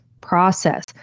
process